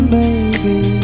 baby